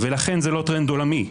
האם יוכלו להגן על זכות חופש הביטוי?